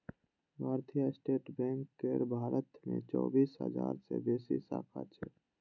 भारतीय state bank केर भारत मे चौबीस हजार सं बेसी शाखा छै